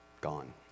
Gone